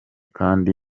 kandi